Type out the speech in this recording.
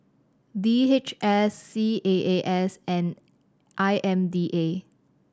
D H S C A A S and I M D A